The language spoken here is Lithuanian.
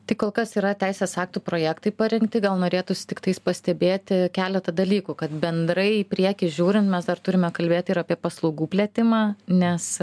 tai kol kas yra teisės aktų projektai parengti gal norėtųsi tiktais pastebėti keletą dalykų kad bendrai į priekį žiūrint mes dar turime kalbėti ir apie paslaugų plėtimą nes